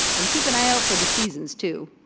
and keep an eye out for the seasons too.